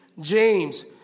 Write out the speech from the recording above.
James